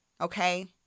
Okay